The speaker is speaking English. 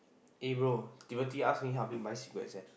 eh bro Timothy ask me help him buy cigarettes eh